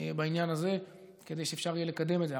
בעניין הזה, כדי שאפשר יהיה לקדם את זה.